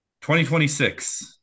2026